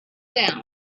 down